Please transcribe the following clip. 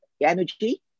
energy